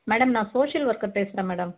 madam நான் social worker பேசுகிறேன் madam